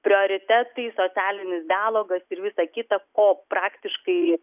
prioritetai socialinis dialogas ir visa kita o praktiškai